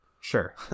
Sure